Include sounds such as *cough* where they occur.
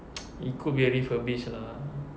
*noise* it could be a refurbish lah